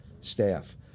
staff